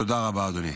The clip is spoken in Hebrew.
תודה רבה, אדוני.